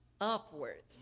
upwards